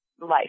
life